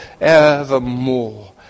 evermore